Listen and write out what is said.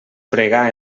pregar